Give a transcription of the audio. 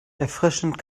erfrischend